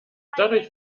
dadurch